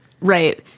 Right